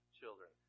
children